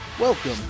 Welcome